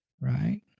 Right